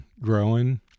growing